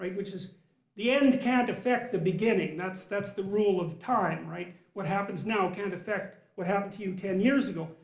which is the end can't affect the beginning. that's that's the rule of time, right? what happens now can't affect what happened to you ten years ago,